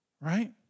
Right